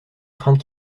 crainte